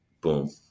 boom